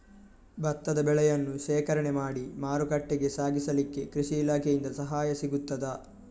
ಭತ್ತದ ಬೆಳೆಯನ್ನು ಶೇಖರಣೆ ಮಾಡಿ ಮಾರುಕಟ್ಟೆಗೆ ಸಾಗಿಸಲಿಕ್ಕೆ ಕೃಷಿ ಇಲಾಖೆಯಿಂದ ಸಹಾಯ ಸಿಗುತ್ತದಾ?